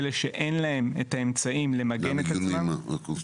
אלה שאין להם את האמצעים למגן את עצמן -- במיגונים האקוסטיים.